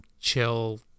chill